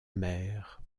mère